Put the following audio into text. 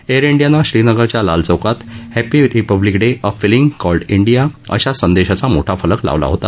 air डियानं श्रीनगरच्या लाल चौकात happy republic day a feeling called India अशा संदेशाचा मोठा फलक लावला होता